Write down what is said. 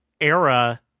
era